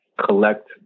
collect